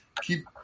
keep